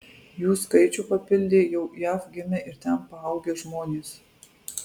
jų skaičių papildė jau jav gimę ir ten paaugę žmonės